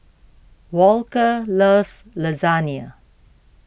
Walker loves Lasagne